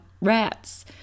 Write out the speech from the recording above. rats